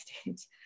stage